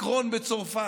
מקרון בצרפת,